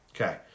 Okay